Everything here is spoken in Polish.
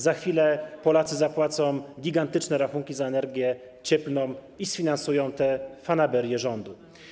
Za chwilę jednak Polacy zapłacą gigantyczne rachunki za energię cieplną i sfinansują te fanaberie rządu.